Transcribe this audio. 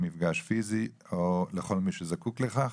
מפגש פיזי או לכל מי שזקוק לכך,